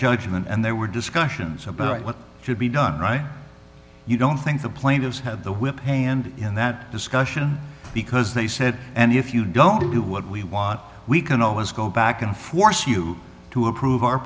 judgment and there were discussions about what should be done right you don't think the plaintiffs had the whip hand in that discussion because they said and if you don't do what we want we can always go back and force you to approve o